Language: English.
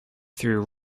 through